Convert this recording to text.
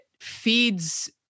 feeds